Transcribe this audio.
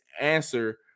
answer